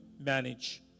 manage